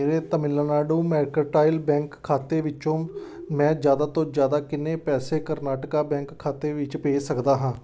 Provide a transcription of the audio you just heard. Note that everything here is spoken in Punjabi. ਮੇਰੇ ਤਾਮਿਲਨਾਡੂ ਮਰਕੈਂਟਾਈਲ ਬੈਂਕ ਖਾਤੇ ਵਿੱਚੋਂ ਮੈਂ ਜ਼ਿਆਦਾ ਤੋਂ ਜ਼ਿਆਦਾ ਕਿੰਨੇ ਪੈਸੇ ਕਰਨਾਟਕਾ ਬੈਂਕ ਖਾਤੇ ਵਿੱਚ ਭੇਜ ਸਕਦਾ ਹਾਂ